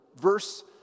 Verse